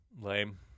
Lame